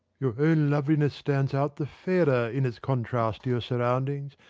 your own loveliness stands out the fairer in its contrast to your surroundings,